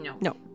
No